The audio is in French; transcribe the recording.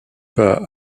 pas